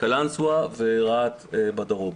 קלנסואה ורהט בדרום.